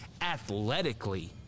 athletically